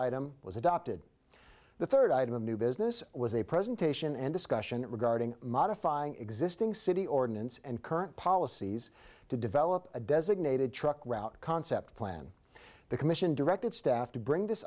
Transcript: item was adopted the third item of new business was a presentation and discussion regarding modifying existing city ordinance and current policies to develop a designated truck route concept plan the commission directed staff to bring this